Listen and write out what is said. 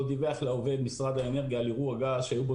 דיווח לעובד משרד האנרגיה על אירוע גז שהיו בו